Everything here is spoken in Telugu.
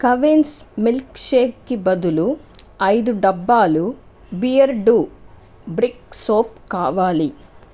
క్యావిన్స్ మిల్క్ షేక్కి బదులు ఐదు డబ్బాలు బియర్డో బ్రిక్ సోప్ కావాలి